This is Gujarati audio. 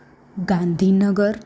ગાંધીનગર